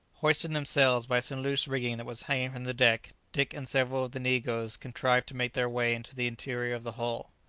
hoisting themselves by some loose rigging that was hanging from the deck, dick and several of the negroes contrived to make their way into the interior of the hull.